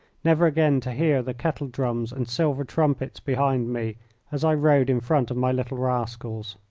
never again to hear the kettledrums and silver trumpets behind me as i rode in front of my little rascals.